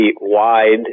wide